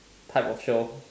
type of show